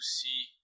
see